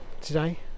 today